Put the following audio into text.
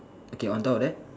okay on top of that